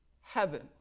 heaven